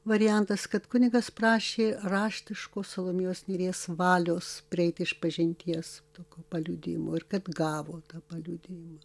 variantas kad kunigas prašė raštiško salomėjos nėries valios prieiti išpažinties tokio paliudijimo ir kad gavo tą paliudijimą